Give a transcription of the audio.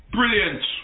Brilliant